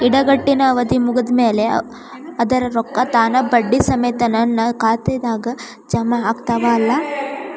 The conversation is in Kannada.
ಇಡಗಂಟಿನ್ ಅವಧಿ ಮುಗದ್ ಮ್ಯಾಲೆ ಅದರ ರೊಕ್ಕಾ ತಾನ ಬಡ್ಡಿ ಸಮೇತ ನನ್ನ ಖಾತೆದಾಗ್ ಜಮಾ ಆಗ್ತಾವ್ ಅಲಾ?